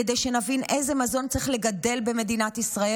כדי שנבין איזה מזון צריך לגדל במדינת ישראל